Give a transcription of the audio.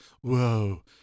whoa